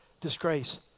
disgrace